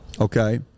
Okay